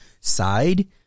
side